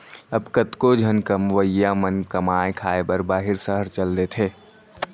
अब कतको झन कमवइया मन कमाए खाए बर बाहिर सहर चल देथे